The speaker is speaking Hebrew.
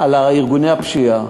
על ארגוני הפשיעה.